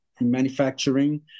manufacturing